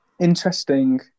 interesting